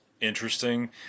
interesting